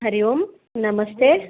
हरि ओं नमस्ते